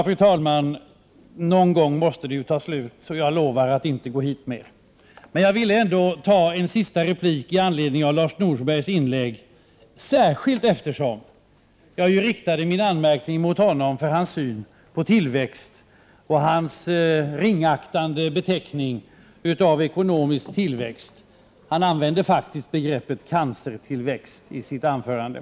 Fru talman! Någon gång måste debatten ta slut. Jag lovar att inte begära ordet igen i denna debatt. Jag ville dock få ordet en sista gång med anledning av Lars Norbergs inlägg — särskilt som jag riktat kritik mot honom för hans syn på tillväxten och för hans ringaktande beteckning för den ekonomiska tillväxten. Han använde faktiskt begreppet cancertillväxt i sitt anförande.